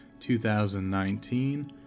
2019